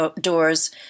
doors